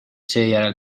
seejärel